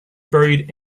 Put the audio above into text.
buried